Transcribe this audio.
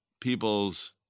people's